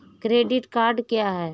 Credit card क्या है?